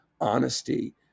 honesty